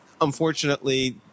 unfortunately